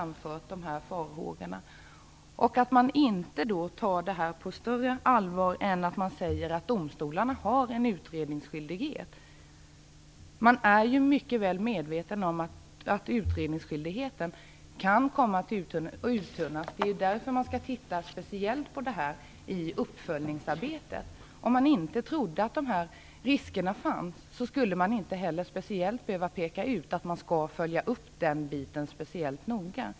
Man tar inte det här på större allvar än att man säger att domstolarna har en utredningsskyldighet. Man är ju mycket väl medveten om att utredningsskyldigheten kan komma att uttunnas. Det är ju därför man skall titta speciellt på det här i uppföljningsarbetet. Om man inte trodde att de här riskerna fanns skulle man inte heller speciellt behöva peka ut att den biten skall följas upp speciellt noga.